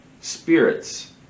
spirits